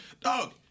dog